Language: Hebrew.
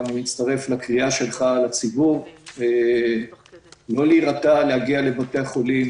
אני מצטרף לקריאה שלך לציבור לא להירתע מלהגיע לבתי החולים.